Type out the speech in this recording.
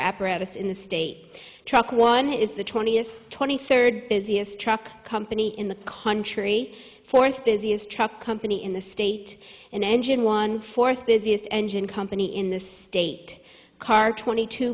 apparatus in the state truck one is the twentieth twenty third busiest truck company in the country fourth busiest truck company in the state in engine one fourth busiest engine company in the state car twenty two